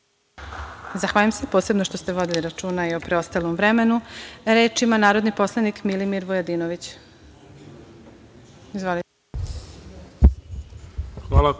Zahvaljujem se, posebno što ste vodili računa i o preostalom vremenu. Reč ima narodni poslanik Milimir Vujadinović.